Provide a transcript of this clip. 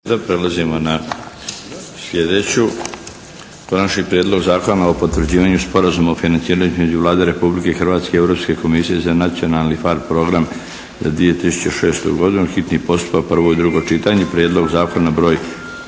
Prelazimo na sljedeću 9. Prijedlog zakona o potvrđivanju sporazuma o financiranju između Vlade Republike Hrvatske i Europske komisije za nacionalni PHARE program za 2006. godinu, s konačnim prijedlogom zakona –